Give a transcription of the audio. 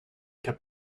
kept